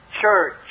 church